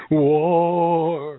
war